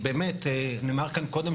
למנכ"ל.